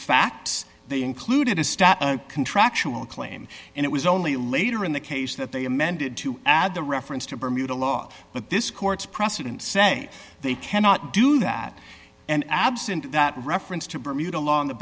facts they included a stat contractual claim and it was only later in the case that they mended to add the reference to bermuda law but this court's precedents say they cannot do that and absent that reference to bermuda along the